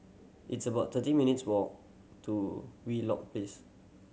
it's about thirty minutes' walk to Wheelock pace